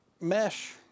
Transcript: mesh